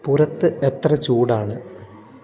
പുറത്ത് എത്ര ചൂടാണ്